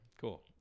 Cool